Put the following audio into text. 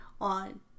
on